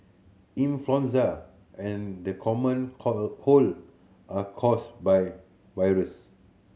influenza and the common cold cold are caused by viruse